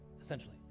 Essentially